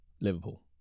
Liverpool